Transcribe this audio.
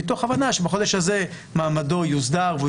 מתוך הבנה שבחודש הזה מעמדו יוסדר והוא